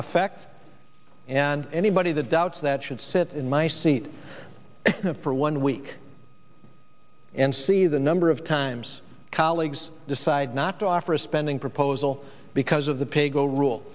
effect and anybody that doubts that should sit in my seat for one week and see the number of times colleagues decide not to offer a spending proposal because of the pay go rule